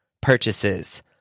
purchases